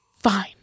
Fine